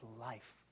life